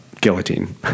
guillotine